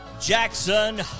Jackson